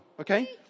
okay